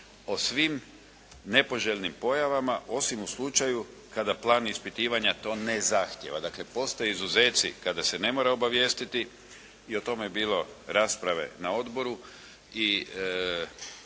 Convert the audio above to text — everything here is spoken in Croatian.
o svim nepoželjnim pojavama osim u slučaju kada plan ispitivanja to ne zahtjeva. Dakle postoje izuzeci kada se ne mora obavijestiti i o tome je bilo rasprave na odboru